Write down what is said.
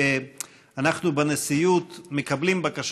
שאנחנו בנשיאות מקבלים כל הזמן בקשות